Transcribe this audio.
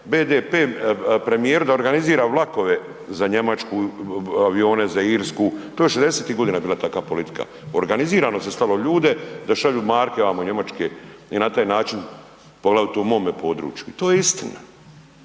BDP premijeru da organizira vlakove za Njemačku, avione za Irsku, to je '60-tih godina bila takva politika, organizirano se slalo ljude da šalju vamo marke njemačke i na taj način poglavito u mome području. I to je istina.